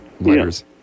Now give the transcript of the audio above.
letters